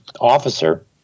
officer